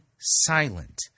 silent